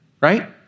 right